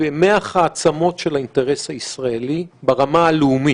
במח העצמות של האינטרס הישראלי ברמה הלאומית.